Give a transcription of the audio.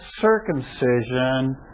circumcision